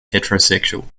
heterosexual